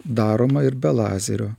daroma ir be lazerio